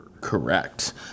Correct